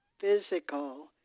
physical